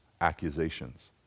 accusations